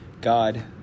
God